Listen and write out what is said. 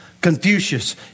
Confucius